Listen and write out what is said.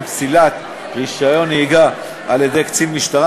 פסילת רישיון נהיגה על-ידי קצין משטרה,